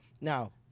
Now